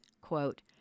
quote